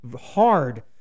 hard